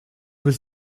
was